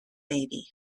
baby